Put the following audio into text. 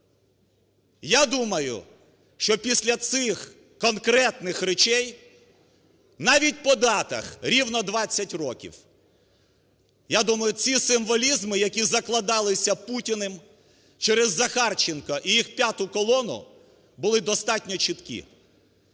Я думаю, що після цих конкретних речей навіть по датах, рівно 20 років, я думаю, ці символізми, які закладалися Путіним через Захарченка і їх п'яту колону були достатньо чіткі.